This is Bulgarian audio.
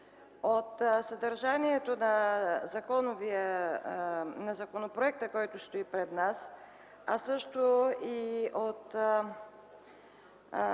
От съдържанието на законопроекта, който стои пред нас, а също и от